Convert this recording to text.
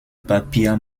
papier